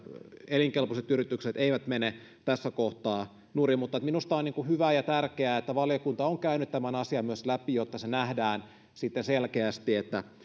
elinkelpoiset yritykset eivät mene tässä kohtaa nurin minusta on hyvä ja tärkeää että valiokunta on käynyt tämän asian myös läpi jotta nähdään selkeästi